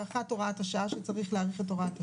למעט הארכת הוראת השעה שצריך להאריך את הוראת השעה.